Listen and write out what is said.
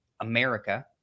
america